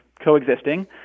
coexisting